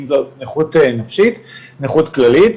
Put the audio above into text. אם זו נכות נפשית, נכות כללית,